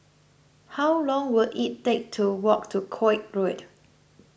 how long will it take to walk to Koek Road